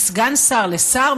מסגן שר לשר,